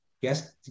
Yes